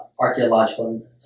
archaeological